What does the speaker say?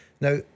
Now